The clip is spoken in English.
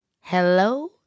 Hello